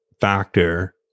factor